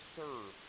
serve